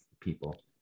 people